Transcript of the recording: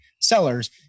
sellers